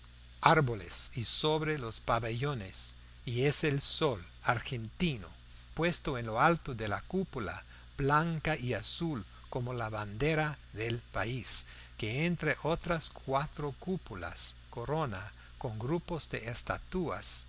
árboles y sobre los pabellones y es el sol argentino puesto en lo alto de la cúpula blanca y azul como la bandera del país que entre otras cuatro cúpulas corona con grupos de estatuas